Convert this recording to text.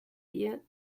beer